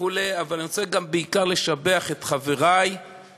אבל אני רוצה גם, בעיקר, לשבח את חברי מהוועדה.